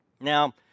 Now